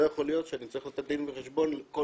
לא יכול להיות שאני צריך לתת דין וחשבון כל